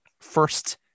first